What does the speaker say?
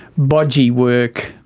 bodgy work,